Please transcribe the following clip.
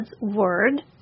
word